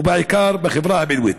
ובעיקר בחברה הבדואית?